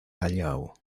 callao